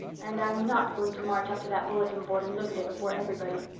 and i'm not going to march up to that bulletin board and look at it before everybody.